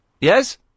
Yes